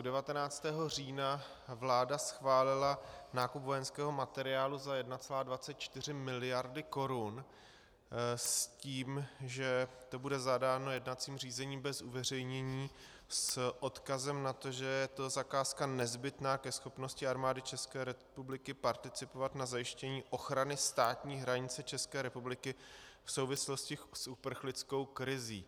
Dne 19. října vláda schválila nákup vojenského materiálu za 1,24 miliardy korun s tím, že to bude zadáno jednacím řízením bez uveřejnění s odkazem na to, že je to zakázka nezbytná ke schopnosti Armády České republiky participovat na zajištění ochrany státní hranice České republiky v souvislosti s uprchlickou krizí.